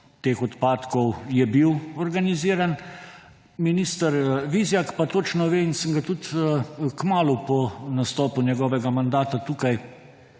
odpadkov je bil organiziran. Minister Vizjak pa točno ve – in sem ga tudi kmalu po nastopu njegovega mandata tukaj